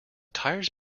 tires